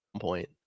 point